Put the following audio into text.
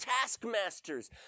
taskmasters